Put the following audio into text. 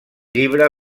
llibre